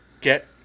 Get